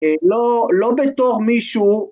‫לא בתור מישהו...